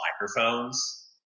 microphones